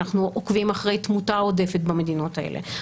אנחנו עוקבים אחרי תמותה עודפת במדינות האלה,